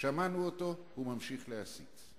שמענו אותו, הוא ממשיך להסית.